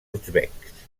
uzbeks